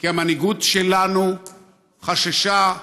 כי המנהיגות שלנו חששה,